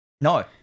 No